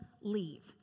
leave